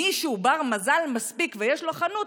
מי שהוא בר-מזל מספיק ויש לו חנות,